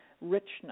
richness